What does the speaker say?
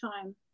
time